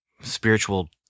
spiritual